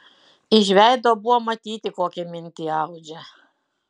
iš veido buvo matyti kokią mintį audžia